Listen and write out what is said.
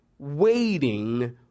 waiting